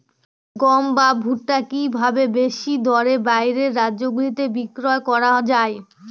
গম বা ভুট্ট কি ভাবে বেশি দরে বাইরের রাজ্যগুলিতে বিক্রয় করা য়ায়?